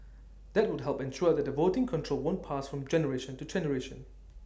that would help ensure that voting control won't pass from generation to generation